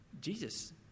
Jesus